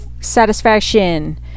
satisfaction